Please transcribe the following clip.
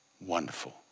Wonderful